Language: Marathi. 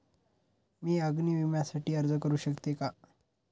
मी अग्नी विम्यासाठी अर्ज करू शकते का?